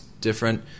different